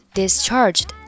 discharged